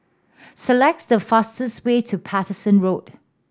select the fastest way to Paterson Road